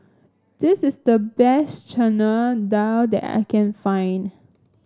this is the best Chana Dal that I can find